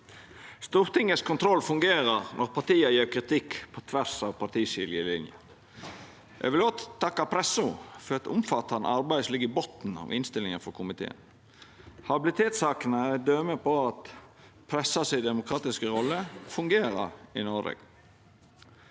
Stortingets kontroll fungerer når partia gjev kritikk på tvers av partiskiljelinene. Eg vil òg takka pressa for eit omfattande arbeid, som ligg i botnen av innstillinga frå komiteen. Habilitetssakene er eit døme på at pressa si demokratiske rolle fungerer i Noreg.